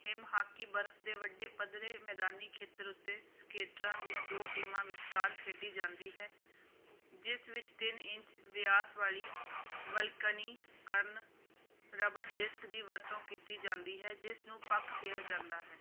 ਹਿਮ hockey ਬਰਫ਼ ਦੇ ਵੱਡੇ ਪੱਧਰੇ ਮੈਦਾਨੀ ਖੇਤਰ ਉੱਤੇ ਸਕੇਟਰਾਂ ਦੀਆਂ ਦੋ ਟੀਮਾਂ ਵਿਚਕਾਰ ਖੇਡੀ ਜਾਂਦੀ ਹੈ ਜਿਸ ਵਿੱਚ ਤਿੰਨ ਇੰਚ ਵਿਆਸ ਵਾਲੀ ਵਲਕਨੀਕਰਨ ਰਬੜ ਡਿਸਕ ਦੀ ਵਰਤੋਂ ਕੀਤੀ ਜਾਂਦੀ ਹੈ ਜਿਸ ਨੂੰ ਪੱਕ ਕਿਹਾ ਜਾਂਦਾ ਹੈ